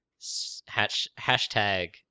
Hashtag